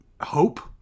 hope